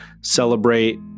celebrate